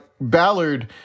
Ballard